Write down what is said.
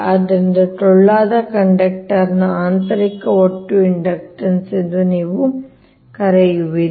ಆದ್ದರಿಂದ ಇದು ಟೊಳ್ಳಾದ ಕಂಡಕ್ಟರ್ನ ಆಂತರಿಕ ಒಟ್ಟು ಇಂಡಕ್ಟನ್ಸ್ ಎಂದು ನೀವು ಕರೆಯುವಿರಿ